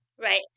Right